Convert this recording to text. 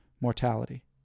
mortality